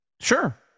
Sure